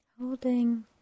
Holding